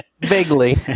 Vaguely